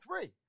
three